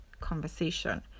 conversation